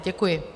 Děkuji.